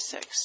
Six